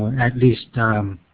at least